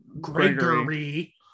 Gregory